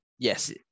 Yes